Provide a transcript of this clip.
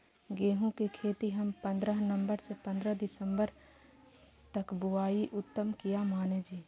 गेहूं के खेती हम पंद्रह नवम्बर से पंद्रह दिसम्बर तक बुआई उत्तम किया माने जी?